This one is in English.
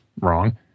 wrong